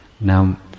Now